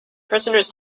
prisoners